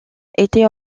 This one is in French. était